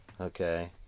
Okay